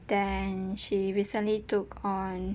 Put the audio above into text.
then she recently took on